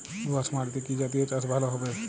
দোয়াশ মাটিতে কি জাতীয় চাষ ভালো হবে?